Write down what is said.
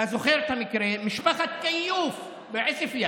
אתה זוכר את המקרה, משפחת כיוף מעוספיא,